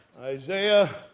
Isaiah